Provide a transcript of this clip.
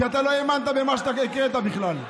כי אתה לא האמנת במה שאתה הקראת בכלל.